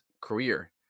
career